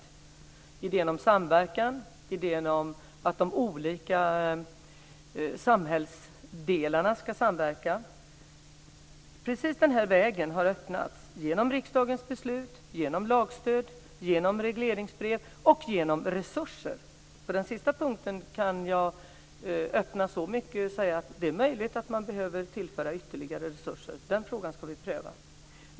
Det gäller idén om samverkan, idén om att de olika samhällsdelarna ska samverka. Precis den vägen har öppnats genom riksdagens beslut, genom lagstöd, genom regleringsbrev och genom resurser. På den sista punkten kan jag öppna så mycket att jag kan säga att det är möjligt att man behöver tillföra ytterligare resurser. Den frågan ska vi pröva.